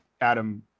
Adam